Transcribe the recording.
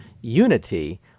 unity